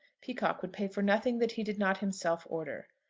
peacocke would pay for nothing that he did not himself order.